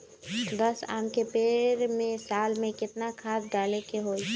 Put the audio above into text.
दस आम के पेड़ में साल में केतना खाद्य डाले के होई?